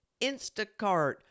Instacart